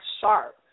sharp